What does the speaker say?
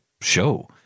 show